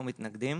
אנחנו מתנגדים.